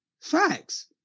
Facts